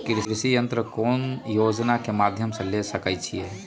कृषि यंत्र कौन योजना के माध्यम से ले सकैछिए?